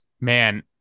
man